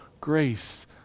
grace